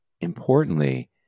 importantly